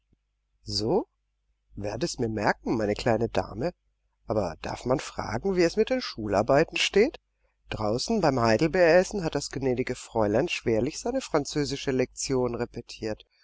so werde mir's merken meine kleine dame aber darf man fragen wie es mit den schularbeiten steht draußen beim heidelbeeressen hat das gnädige fräulein schwerlich seine französische lektion repetiert